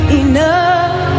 enough